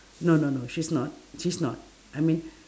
no no no she's not she's not I mean